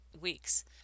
weeks